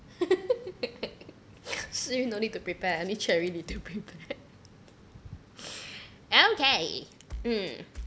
so you no need to prepare only cherry need to prepare okay mm